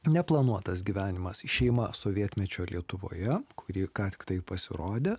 neplanuotas gyvenimas šeima sovietmečio lietuvoje kuri ką tiktai pasirodė